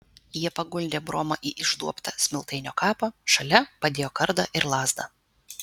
jie paguldė bromą į išduobtą smiltainio kapą šalia padėjo kardą ir lazdą